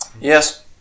Yes